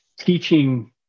Teaching